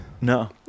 No